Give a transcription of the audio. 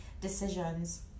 decisions